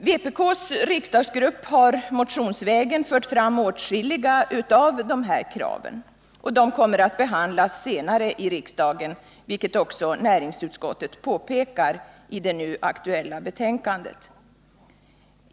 Vpk:s riksdagsgrupp har motionsvägen fört fram åtskilliga av dessa krav. De kommer att behandlas senare i riksdagen, vilket också näringsutskottet påpekar i det nu aktuella betänkandet.